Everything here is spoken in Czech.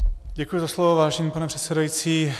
Děkuji za slovo, vážený pane předsedající.